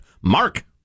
Mark